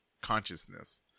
consciousness